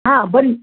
ಹಾಂ ಬಂದು